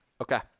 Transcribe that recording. Okay